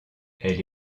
elle